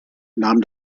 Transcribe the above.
nahm